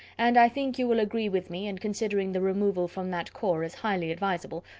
and i think you will agree with me, in considering the removal from that corps as highly advisable,